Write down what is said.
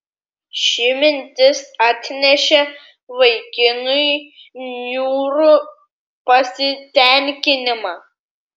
ši mintis atnešė vaikinui niūrų pasitenkinimą